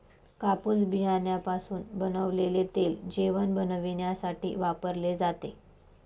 कापूस बियाण्यापासून बनवलेले तेल जेवण बनविण्यासाठी वापरले जाते